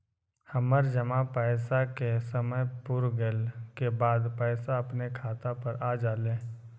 हमर जमा पैसा के समय पुर गेल के बाद पैसा अपने खाता पर आ जाले?